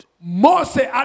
Moses